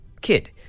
kid